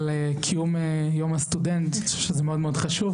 קיום יום הסטודנט, שזה חשוב מאוד.